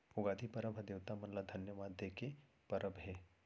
उगादी परब ह देवता मन ल धन्यवाद दे के परब हे